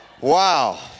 Wow